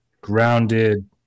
grounded